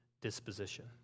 disposition